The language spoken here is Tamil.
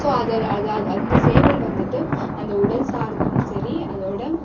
ஸோ அதில் அது அது அந்த சேவல் வந்துட்டு அந்த உடல் சார்ந்தும் சரி அதோடய